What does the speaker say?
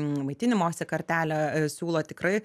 maitinimosi kartelę siūlo tikrai